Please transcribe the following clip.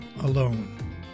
alone